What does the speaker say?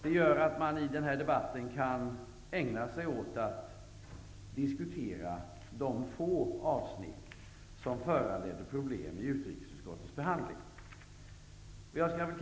Det gör att man i den här debatten kan ägna sig åt att diskutera de få avsnitt som föranleder problem i utrikesutskottets behandling.